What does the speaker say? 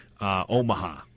Omaha